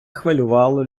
хвилювало